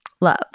Love